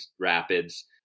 rapids